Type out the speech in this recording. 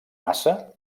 massa